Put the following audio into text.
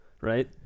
right